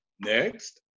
Next